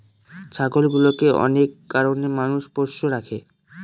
ছাগলগুলোকে অনেক কারনে মানুষ পোষ্য রাখে